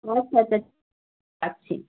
আচ্ছা আচ্ছা রাখছি